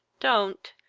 don't,